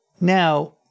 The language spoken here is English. Now